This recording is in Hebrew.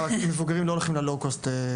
שהמבוגרים לא הולכים ל-low cost,